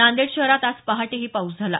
नांदेड शहरात आज पहाटेही पाऊस झाला